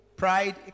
pride